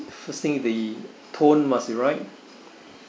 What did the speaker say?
first thing the tone must be right